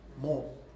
more